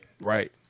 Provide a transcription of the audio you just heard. Right